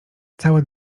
cały